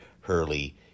Hurley